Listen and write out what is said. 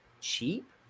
cheap